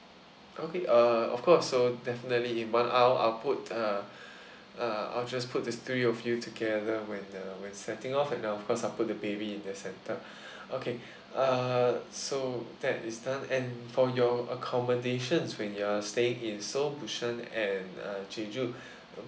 okay uh of course so definitely in one aisle I'll put uh uh I'll just put the three of you together when uh when setting off and then of course I'll put the baby in the centre okay uh so that is done and for your accommodations when you're staying in seoul busan and uh jeju